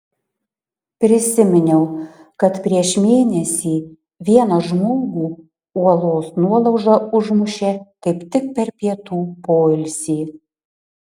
prisiminiau kad prieš mėnesį vieną žmogų uolos nuolauža užmušė kaip tik per pietų poilsį